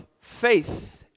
faith